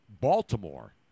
Baltimore